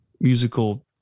musical